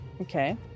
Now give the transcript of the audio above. Okay